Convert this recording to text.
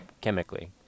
chemically